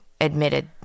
admitted